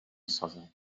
سازند